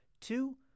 two